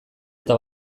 eta